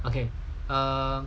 okay err